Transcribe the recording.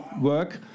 work